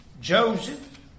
Joseph